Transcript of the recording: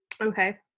Okay